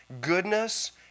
goodness